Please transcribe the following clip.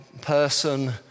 person